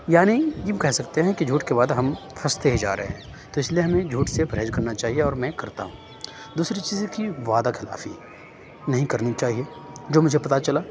یعنی یوں کہہ سکتے ہیں کہ جھوٹ کے بعد ہم پھنستے ہی جا رہے ہیں تو اس لیے ہمیں جھوٹ سے پرہیز کرنا چاہیے اور میں کرتا ہوں دوسری چیز ہے کہ وعدہ خلافی نہیں کرنی چاہیے جو مجھے پتہ چلا